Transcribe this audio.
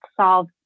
solve